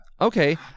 okay